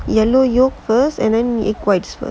egg yolks first and then egg white